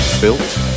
built